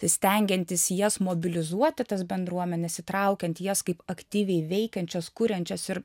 stengiantis jas mobilizuoti tas bendruomenes įtraukiant jas kaip aktyviai veikiančios kuriančios ir